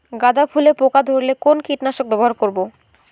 গাদা ফুলে পোকা ধরলে কোন কীটনাশক ব্যবহার করব?